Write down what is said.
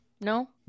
No